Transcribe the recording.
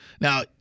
Now